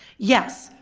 yes,